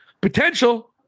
potential